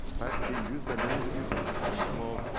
apparently being used by millions of users as our demo